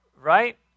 right